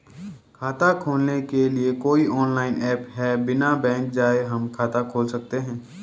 खाता खोलने के लिए कोई ऑनलाइन ऐप है बिना बैंक जाये हम खाता खोल सकते हैं?